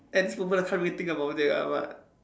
at this moment I can't really think about it ah but